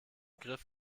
griff